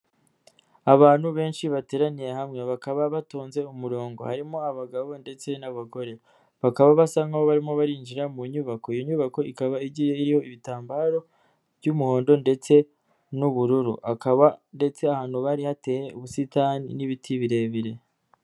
Abantu benshi bateraniye hamwe bakaba batonze umurongo, harimo abagabo ndetse n'abagore, bakaba basa nk nkaho barimo barinjira mu nyubako, iyo nyubako ikaba igiyeyo ibitambaro by'umuhondo ndetse n'ubururu, hakaba ndetse ahantu bari hateye ubusitani n'ibiti birebire.